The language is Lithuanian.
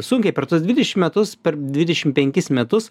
sunkiai per tuos dvidešim metus per dvidešim penkis metus